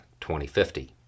2050